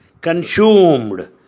consumed